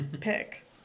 pick